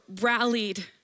rallied